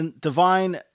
divine